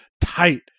tight